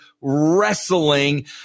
wrestling